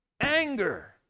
Anger